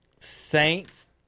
saints